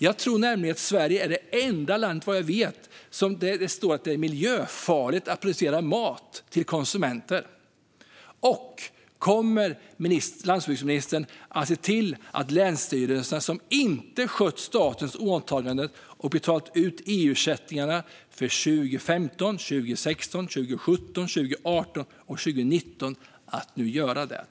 Jag tror att Sverige är det enda land där det står i lagen att det är miljöfarligt att producera mat till konsumenter. Kommer landsbygdsministern att se till att länsstyrelsen, som inte skött statens åtaganden och betalat ut EU-ersättningarna för 2015, 2016, 2017, 2018 och 2019, nu gör det?